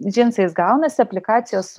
džinsais gaunasi aplikacijos